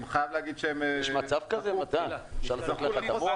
יש מצב כזה, מתן --- לך את המוח?